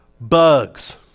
Bugs